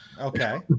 okay